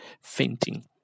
fainting